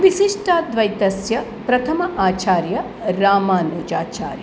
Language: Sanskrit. विशिष्टाद्वैतस्य प्रथमः आचार्यः रामानुजाचार्यः